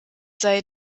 sei